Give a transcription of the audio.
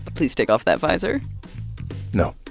but please take off that visor no